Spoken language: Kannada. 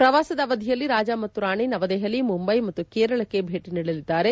ಪ್ರವಾಸದ ಅವಧಿಯಲ್ಲಿ ರಾಜ ಮತ್ತು ರಾಣಿ ನವದೆಹಲಿ ಮುಂಬೈ ಮತ್ತು ಕೇರಳಕ್ಕೆ ಭೇಟ ನೀಡಲಿದ್ದಾರೆ